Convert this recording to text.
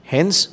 Hence